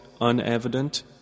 unevident